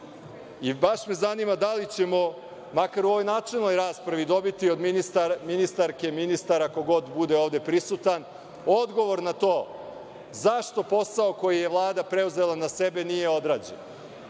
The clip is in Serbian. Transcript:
Baš me zanima da li ćemo makar u ovoj načelnoj raspravi dobiti od ministarke, ministara, ko god bude ovde prisutan, odgovor na to zašto posao koji je Vlada preuzela na sebe nije odrađen,